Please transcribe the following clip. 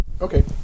Okay